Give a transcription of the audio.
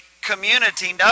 community